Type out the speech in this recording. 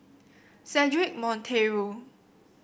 Cedric Monteiro